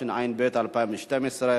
התשע"ב 2012,